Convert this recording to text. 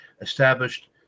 established